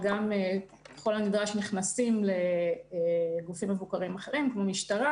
וגם ככל הנדרש נכנסים לגופים מבוקרים אחרים כמו משטרה.